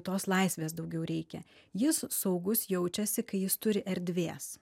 tos laisvės daugiau reikia jis saugus jaučiasi kai jis turi erdvės